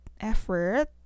effort